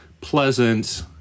pleasant